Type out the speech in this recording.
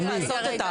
צריך לעשות את ההבחנה.